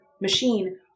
machine